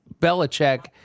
Belichick